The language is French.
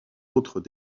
autres